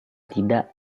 tidak